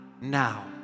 now